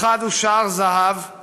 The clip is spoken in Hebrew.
/ אחד הוא שער זהב /